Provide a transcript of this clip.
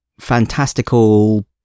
Fantastical